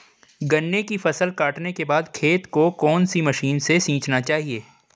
गन्ने की फसल काटने के बाद खेत को कौन सी मशीन से सींचना चाहिये?